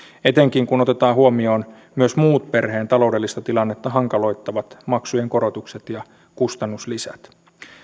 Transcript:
etenkin kun otetaan huomioon myös muut perheen taloudellista tilannetta hankaloittavat maksujen korotukset ja kustannuslisät